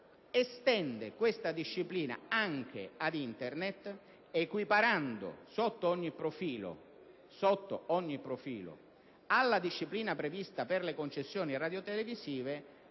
estende questa disciplina anche ad Internet, equiparando, sotto ogni profilo, alla disciplina prevista per le concessioni radiotelevisive